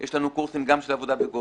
יש לנו קורסים גם של עבודה בגובה,